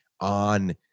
on